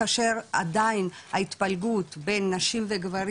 כאשר עדיין ההתפלגות בין נשים וגברים